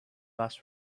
last